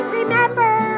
remember